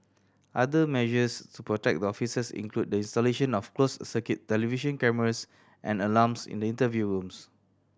other measures to protect the officers include the installation of closed circuit television cameras and alarms in the interview rooms